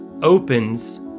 Opens